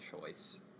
choice